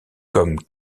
comme